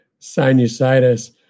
sinusitis